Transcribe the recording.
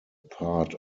part